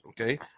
okay